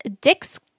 dicks